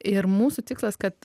ir mūsų tikslas kad